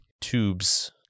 tubes